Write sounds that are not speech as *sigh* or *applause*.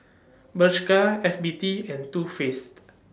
*noise* Bershka F B T and Too Faced